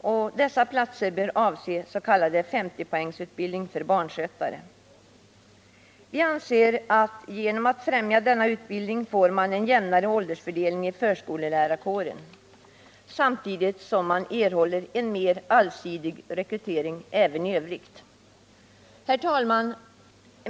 Dessa platser bör avse s.k. 50-poängsutbildning för barnskötare. Vi anser att man genom att främja denna utbildning får en jämnare åldersfördelning inom förskollärarkåren, samtidigt som man erhåller en mer allsidig rekrytering även i övrigt. Herr talman!